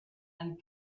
and